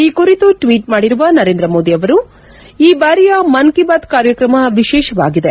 ಈ ಕುರಿತು ಟ್ಲೀಟ್ ಮಾಡಿರುವ ನರೇಂದ್ರ ಮೋದಿ ಅವರು ಈ ಬಾರಿಯ ಮನ್ ಕೀ ಬಾತ್ ಕಾರ್ಯಕ್ರಮ ವಿಶೇಷವಾಗಿದೆ